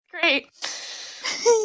Great